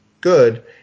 good